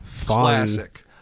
Classic